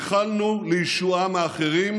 ייחלנו לישועה מאחרים,